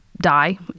die